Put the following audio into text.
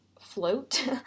float